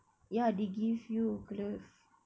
ya they give you glove